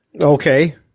okay